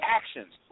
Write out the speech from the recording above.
actions